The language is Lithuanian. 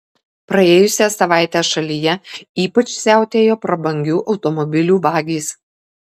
praėjusią savaitę šalyje ypač siautėjo prabangių automobilių vagys